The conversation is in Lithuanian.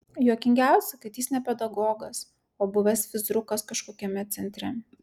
juokingiausia kad jis ne pedagogas o buvęs fizrukas kažkokiame centre